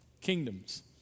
Kingdoms